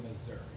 Missouri